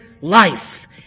life